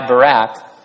Barak